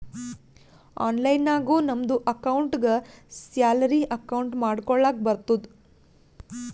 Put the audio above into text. online ನಾಗು ನಮ್ದು ಅಕೌಂಟ್ಗ ಸ್ಯಾಲರಿ ಅಕೌಂಟ್ ಮಾಡ್ಕೊಳಕ್ ಬರ್ತುದ್